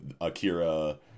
akira